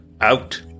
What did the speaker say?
out